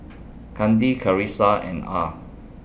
Kandi Karissa and Ah